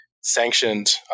sanctioned